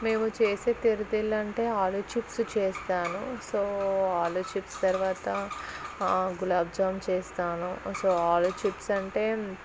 మేము చేసే చిరుతిళ్ళు అంటే ఆలు చిప్స్ చేస్తాను సో ఆలు చిప్స్ తరువాత గులాబ్ జామ్ చేస్తాను సో ఆలు చిప్స్ అంటే